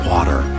Water